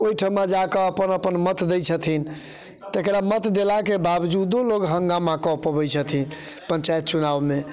ओहिठमा जाके अपन अपन मत दय छथिन तेकरा मत देलाके बाबजूदो लोग हंगामा कऽ पबैत छथिन पञ्चायत चुनाओमे